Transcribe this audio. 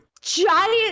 giant